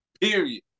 Period